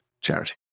charity